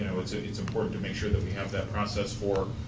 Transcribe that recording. know, it's ah it's important to make sure that we have that process for